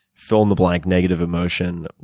fill-in-the-blank negative emotion,